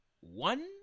one